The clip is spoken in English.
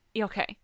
Okay